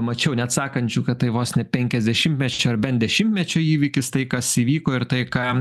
mačiau net sakančių kad tai vos ne penkiasdešimtmečio ar bent dešimtmečio įvykis tai kas įvyko ir tai ką